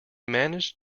managed